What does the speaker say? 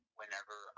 whenever